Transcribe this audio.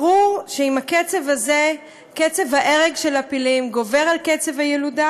ברור שבקצב הזה קצב ההרג של הפילים גובר על קצב הילודה,